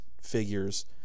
figures